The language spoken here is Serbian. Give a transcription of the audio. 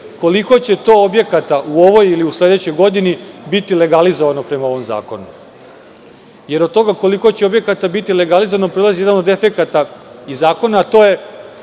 koliko će to objekata u ovoj ili u sledećoj godini biti legalizovani prema ovom zakonu? Od toga koliko će objekata biti legalizovano proizilazi jedan od efekata iz zakona, a to je